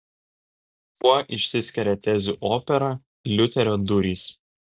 kuo išsiskiria tezių opera liuterio durys